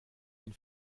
den